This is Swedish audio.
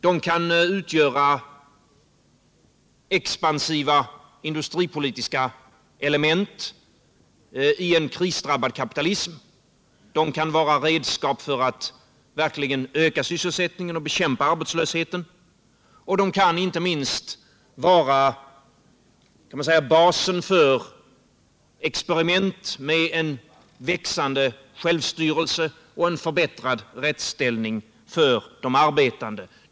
De kan utgöra expansiva industripolitiska element i en krisdrabbad kapitalism, de kan vara redskap för att verkligen öka sysselsättningen och bekämpa arbetslösheten och de kan inte minst vara basen för experiment med en växande självstyrelse och en förbättrad rättsställning för de arbetande.